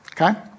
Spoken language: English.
okay